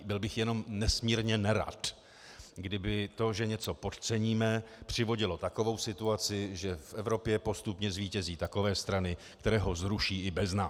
Byl bych jenom nesmírně nerad, kdyby to, že něco podceníme, přivodilo takovou situaci, že v Evropě postupně zvítězí takové strany, které ho zruší i bez nás.